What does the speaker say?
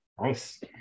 nice